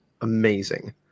amazing